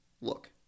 Look